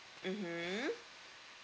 mmhmm